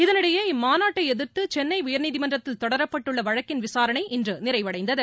இதனிடையே இம்மாநாட்டை எதிர்த்து சென்னை உயர்நீதிமன்றத்தில் தொடரப்பட்டுள்ள வழக்கின் விசாரணை இன்று நிறைவடைந்தது